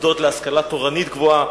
מוסדות להשכלה תורנית גבוהה,